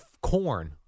Corn